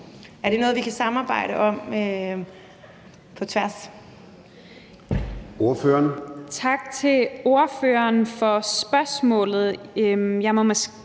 Er det noget, vi kan samarbejde om på tværs?